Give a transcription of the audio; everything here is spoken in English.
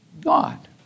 God